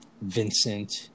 Vincent